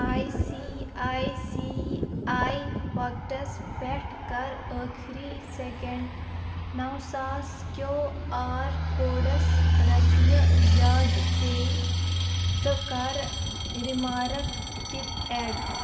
I C I C I pockets پٮ۪ٹھ کَر ٲخٕری سیٚکنٛڈ نَو ساس کیو آر کوڈَس رۄپیہِ زیادٕ پے تہٕ کَر ریمارک ٹِپ ایڈ